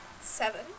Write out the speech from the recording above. Seven